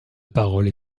parole